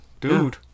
dude